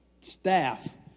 staff